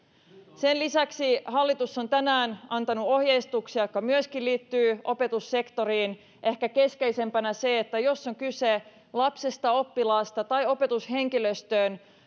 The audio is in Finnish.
sen lisäksi hallitus on tänään antanut ohjeistuksia jotka myöskin liittyvät opetussektoriin ehkä keskeisimpänä sen että jos on kyse lapsesta oppilaasta tai opetushenkilöstöön